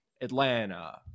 Atlanta